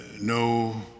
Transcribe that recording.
no